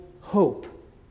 hope